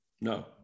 No